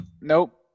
Nope